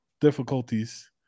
difficulties